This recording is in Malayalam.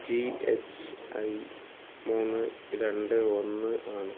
ജി എച്ച് ഐ മൂന്ന് രണ്ട് ഒന്ന് ആണ്